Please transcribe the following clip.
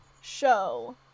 show